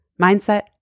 Mindset